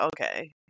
okay